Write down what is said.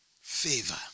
favor